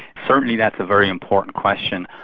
certainly that's a very important question.